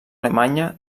alemanya